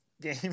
game